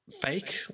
fake